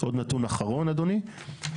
עוד נתון אחרון, אדוני.